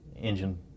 Engine